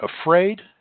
afraid